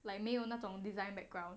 like 没有那种 design background